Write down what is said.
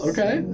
Okay